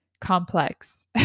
complex